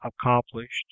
accomplished